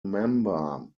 member